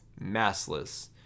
massless